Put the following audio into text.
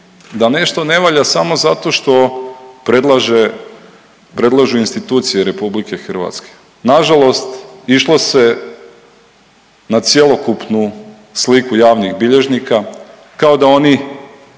da nešto ne valja samo zato što predlaže, predlažu institucije RH. Nažalost, išlo se na cjelokupnu sliku javnih bilježnika kao da oni